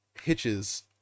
hitches